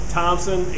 Thompson